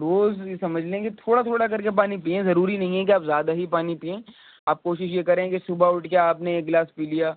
روز یہ سمجھ لیں کہ تھوڑا تھوڑا کر کے پانی پیئیں ضروری نہیں ہے کہ آپ زیادہ ہی پانی پئیں آپ کوشش یہ کریں کہ صبح اٹھ کے آپ نے ایک گلاس پی لیا